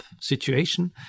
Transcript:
situation